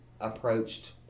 approached